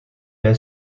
bij